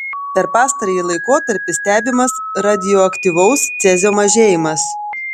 per pastarąjį laikotarpį stebimas radioaktyvaus cezio mažėjimas